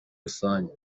rusange